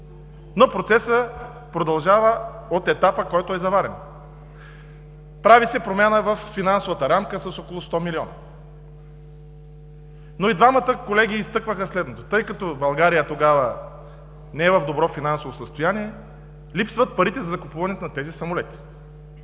но процесът продължава от етапа, който е заварен. Прави се промяна във финансовата рамка с около 100 милиона. И двамата колеги изтъкнаха следното: тъй като България тогава не е в добро финансово състояние, липсват парите за купуване на тези самолети.